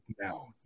now